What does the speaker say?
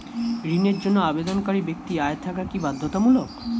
ঋণের জন্য আবেদনকারী ব্যক্তি আয় থাকা কি বাধ্যতামূলক?